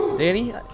Danny